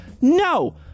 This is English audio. No